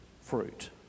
fruit